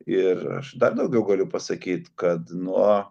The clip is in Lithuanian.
ir aš dar daugiau galiu pasakyt kad nuo